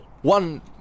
One